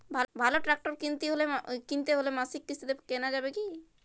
ভালো ট্রাক্টর কিনতে হলে মাসিক কিস্তিতে কেনা যাবে কি?